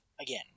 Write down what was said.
again